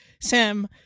Sam